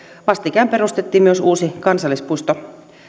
vastikään perustettiin myös uusi kansallispuisto